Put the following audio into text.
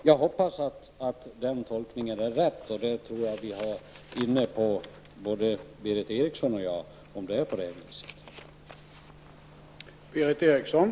Jag hoppas att den tolkningen är den riktiga, och jag tror att både Berith Eriksson och jag har varit inne på det.